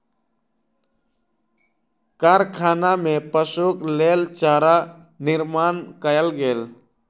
कारखाना में पशुक लेल चारा निर्माण कयल गेल